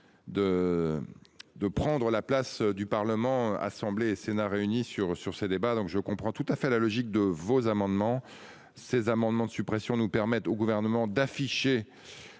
De prendre la place du Parlement, Assemblée et Sénat réunis sur sur ces débats. Donc je comprends tout à fait la logique de vos amendements ces amendements de suppression nous permettent au gouvernement d'afficher.